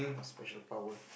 a special power